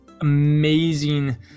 amazing